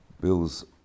Bill's